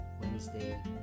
Wednesday